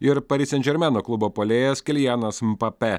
ir pari san žermeno klubo puolėjas keljanas mpape